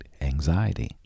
anxiety